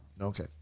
okay